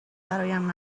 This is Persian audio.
برایم